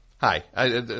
Hi